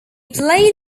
played